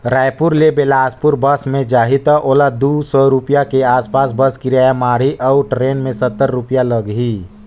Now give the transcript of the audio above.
रायपुर ले बेलासपुर बस मे जाही त ओला दू सौ रूपिया के आस पास बस किराया माढ़ही अऊ टरेन मे सत्तर रूपिया लागही